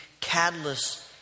catalyst